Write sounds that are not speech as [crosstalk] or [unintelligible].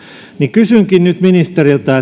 kysynkin nyt ministeriltä [unintelligible]